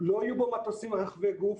לא יהיו בו מטוסים רחבי גוף,